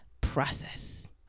process